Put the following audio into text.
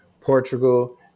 Portugal